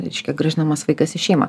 reiškia grąžinamas vaikas į šeimą